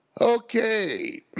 Okay